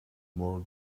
more